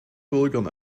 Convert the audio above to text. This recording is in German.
bürgern